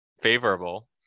favorable